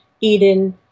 Eden